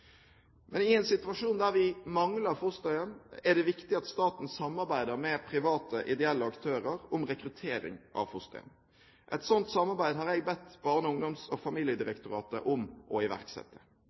Men i en situasjon der vi mangler fosterhjem, er det viktig at staten samarbeider med private, ideelle aktører om rekruttering av fosterhjem. Et slikt samarbeid har jeg bedt Barne-, ungdoms- og